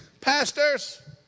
pastors